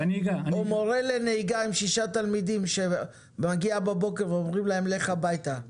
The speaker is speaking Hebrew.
או מורה לנהיגה עם ששה תלמידים שמגיע בבוקר ואומרים להם לכו הביתה,